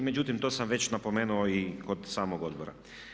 Međutim, to sam već napomenuo i kod samog odbora.